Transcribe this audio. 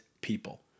people